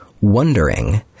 WONDERING